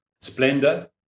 splendor